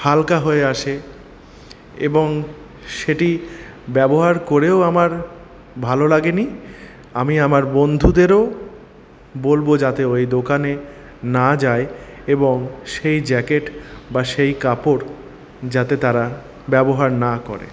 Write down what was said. হালকা হয়ে আসে এবং সেটি ব্যবহার করেও আমার ভালো লাগেনি আমি আমার বন্ধুদেরও বলবো যাতে ওই দোকানে না যায় এবং সেই জ্যাকেট বা সেই কাপড় যাতে তারা ব্যবহার না করে